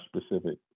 specific